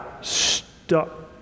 stuck